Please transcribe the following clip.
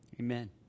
Amen